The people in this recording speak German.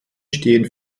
stehen